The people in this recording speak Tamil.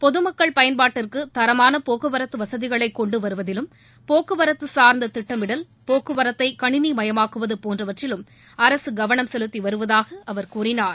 பொதுமக்கள் பயன்பாட்டிற்கு தரமான போக்குவரத்து வசதிகளை கொண்டு வருவதிலும் போக்குவரத்து சார்ந்த திட்டமிடல் போக்குவரத்தை கணினி மயமாக்குவது போன்றவற்றிலும் அரசு கவனம் செலுத்தி வருவதாக அவர் கூறினார்